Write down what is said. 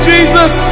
Jesus